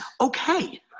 okay